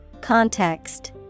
Context